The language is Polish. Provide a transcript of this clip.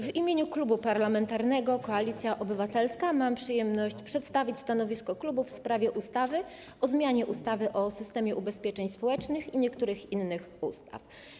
W imieniu Klubu Parlamentarnego Koalicja Obywatelska mam przyjemność przedstawić stanowisko klubu w sprawie projektu ustawy o zmianie ustawy o systemie ubezpieczeń społecznych oraz niektórych innych ustaw.